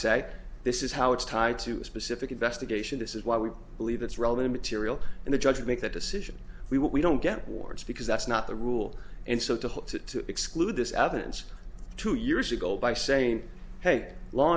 say this is how it's tied to a specific investigation this is why we believe that's relevant material and the judge will make that decision we what we don't get warts because that's not the rule and so to hold to exclude this evidence two years ago by saying hey law